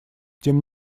тем